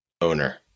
owner